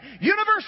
Universe